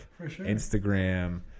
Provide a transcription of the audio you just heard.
Instagram